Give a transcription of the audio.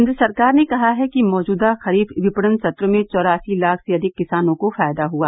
केन्द्र सरकार ने कहा है कि मौजूदा खरीफ विपणन सत्र में चौरासी लाख से अधिक किसानों को फायदा हुआ